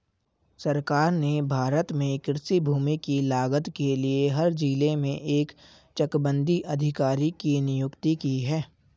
सरकार ने भारत में कृषि भूमि की लागत के लिए हर जिले में एक चकबंदी अधिकारी की नियुक्ति की है